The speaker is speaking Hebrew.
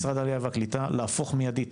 משרד העלייה והקליטה, להפוך מיידית